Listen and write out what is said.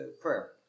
Prayer